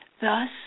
Thus